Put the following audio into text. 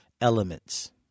elements